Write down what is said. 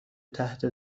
تحت